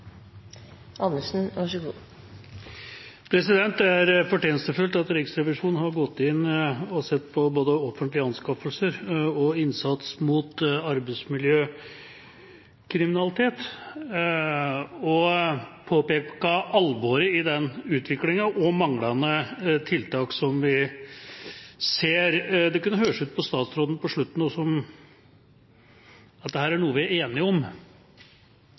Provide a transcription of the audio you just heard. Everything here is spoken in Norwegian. innsats mot arbeidsmiljøkriminalitet og påpekt alvoret i utviklingen og manglende tiltak som vi ser. Det kunne høres ut på statsråden på slutten nå som at dette er noe vi er enige om.